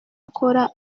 akora